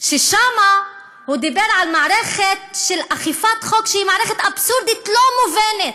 ששם הוא דיבר על מערכת של אכיפת חוק שהיא מערכת אבסורדית לא מובנת.